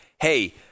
hey